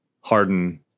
Harden